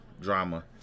drama